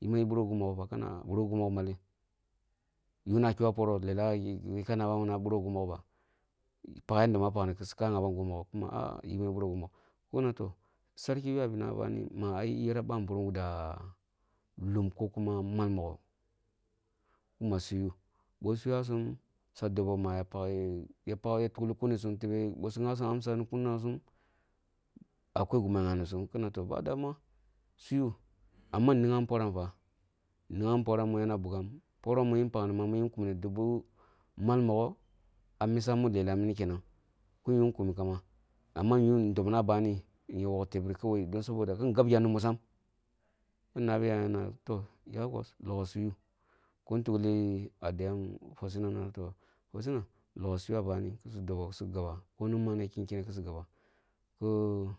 Yima eh bira ba woh gimi mogho ba kina eh bira ba ki gimi mogho ba len? Yun ah kyoh ah poroh leleh ka naban ma ah bira ba ko gimimoghoba? Ba yanda ma pakni ka ghaban gimi mogho kuna toh ah ah yima eh bara ko gimumogho ba kina toh ai sarki ywa benam ah bani kuma yera babirim guda lum ko kema malmogho, kema su yu besu ywasum suya dobo masu ya tikhi kunusum tebe bisu ghyon sun amsa ah kuna sum akwai gima ghanibasum kina toh ba damuwa su yu amma nigham peram fa, nigham pora mi yanam bugham, poroh fa. Nigham poram mi yaam bughan poroh min pakni ma muyin kumni duba mal mogho ah misa mi lelah mina kenang, muyu kum kamba amma yu dobna bani kin gabjam ni musam kin nabi yayam na toh, yaya. Bos, logho kusu yu kun tukli adda yam rosina kina toh rosina logho kusu ywa bani kisu dobo kisu gaba boni man ya kyen kyen su gaba ku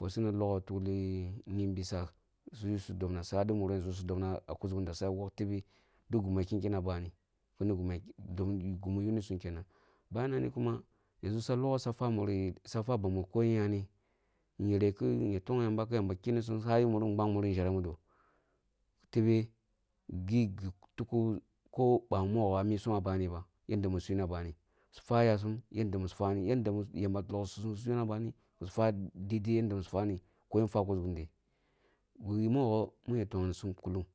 rosina logho tukli kyembi sa kusu logho su dobna su hadi murisum su dobna ah muri zhekunda swa swok tebe duk gima ya kyen kyeneh ah bani ni gumu yunisum kenang bamarò kuma suya loghi swa fwa muri, swa fwa bami koyen yanì yere kin ki tong yamba ki yamba yakkim sum kemisan su hayi muri gbanh muri nʒereh mido tebe gi tuku ko bami mogho ah misum ab bami ba, yalla musu yuna bani su fwa yasum yadda musu fwani yadda yamba loksisum su yuna bani kisu fwa daidai yadda musu fwani koyen fwa ku zugunde. Gi mogho min ya tongni sum kulung.